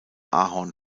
ahorn